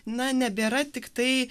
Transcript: na nebėra tiktai